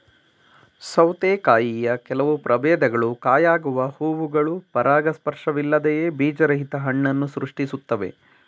ಸೌತೆಕಾಯಿಯ ಕೆಲವು ಪ್ರಭೇದಗಳು ಕಾಯಾಗುವ ಹೂವುಗಳು ಪರಾಗಸ್ಪರ್ಶವಿಲ್ಲದೆಯೇ ಬೀಜರಹಿತ ಹಣ್ಣನ್ನು ಸೃಷ್ಟಿಸ್ತವೆ